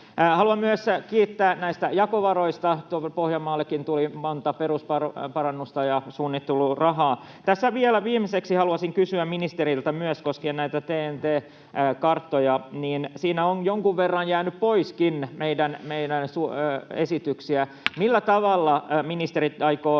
Haluan myös kiittää näistä jakovaroista. Pohjanmaallekin tuli monta perusparannusta ja suunnittelurahaa. Tässä vielä viimeiseksi haluaisin myös kysyä ministeriltä koskien näitä TEN-T-karttoja. Siinä on jonkun verran jäänyt poiskin meidän esityksiämme. Millä tavalla ministerit aikovat